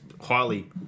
highly